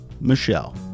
Michelle